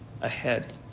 ahead